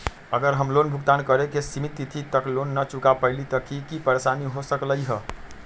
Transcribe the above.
अगर हम लोन भुगतान करे के सिमित तिथि तक लोन न चुका पईली त की की परेशानी हो सकलई ह?